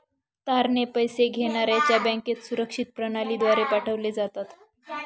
तारणे पैसे घेण्याऱ्याच्या बँकेत सुरक्षित प्रणालीद्वारे पाठवले जातात